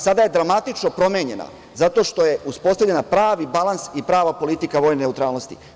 Sada je dramatično promenjena, zato što je uspostavljen pravi balans i prava politika vojne neutralnosti.